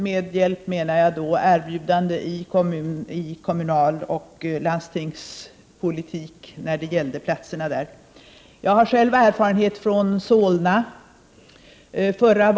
Med hjälp menar jag då erbjudande i kommunaloch landstingspolitiken beträffande platser där. Jag har själv erfarenhet från Solna kommun.